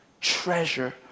treasure